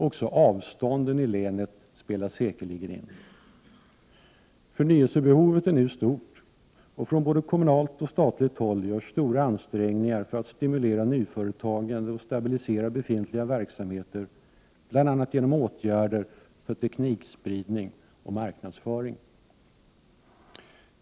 Också avstånden i länet spelar säkerligen in. Förnyelsebehovet är nu stort, och från både kommunalt och statligt håll görs stora ansträngningar för att stimulera nyföretagande och stabilisera befintliga verksamheter, bl.a. genom åtgärder för teknikspridning och marknadsföring.